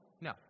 No